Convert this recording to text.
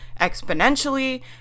exponentially